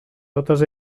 totes